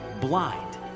blind